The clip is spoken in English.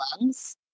lungs